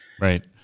Right